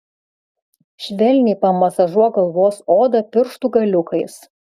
švelniai pamasažuok galvos odą pirštų galiukais